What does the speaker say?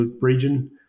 region